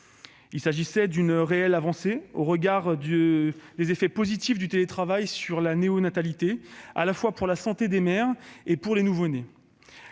Il s'agissait d'une réelle avancée, au regard des effets positifs du télétravail sur la néonatalité, à la fois pour la santé des mères et pour les nouveau-nés.